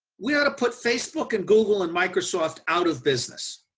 we ought to put facebook and google and microsoft out of business.